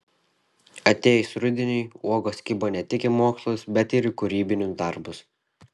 atėjus rudeniui uogos kibo ne tik į mokslus bet ir į kūrybinius darbus